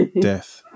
death